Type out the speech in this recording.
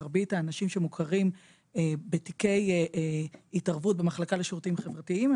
מרבית האנשים שמוכרים בתיקי התערבות במחלקה לשירותים חברתיים,